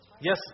yes